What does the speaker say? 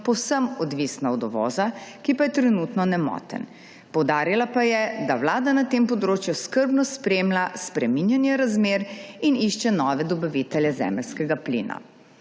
povsem odvisna od uvoza, ki pa je trenutno nemoten. Poudarila pa je, da vlada na tem področju skrbno spremlja spreminjanje razmer in išče nove dobavitelje zemeljskega plina.